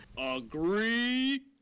Agree